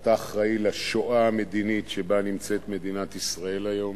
אתה אחראי לשואה המדינית שבה נמצאת מדינת ישראל היום,